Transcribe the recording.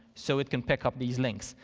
so it can pick up these links.